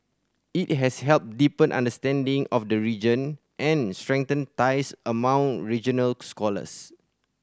it has helped deepen understanding of the region and strengthened ties among regional scholars